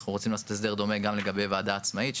אנחנו רוצים לעשות הסדר דומה גם לגבי וועדה מקומית עצמאית.